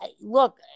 look